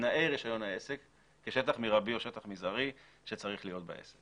- "כשטח מרבי או שטח מזערי שצריך להיות בעסק".